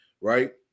right